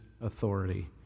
authority